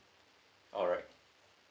alright